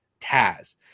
Taz